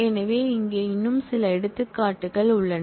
எனவே இங்கே இன்னும் சில எடுத்துக்காட்டுகள் உள்ளன